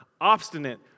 obstinate